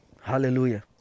Hallelujah